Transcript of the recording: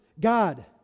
God